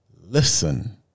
Listen